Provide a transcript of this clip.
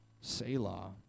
Selah